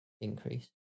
increase